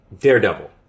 Daredevil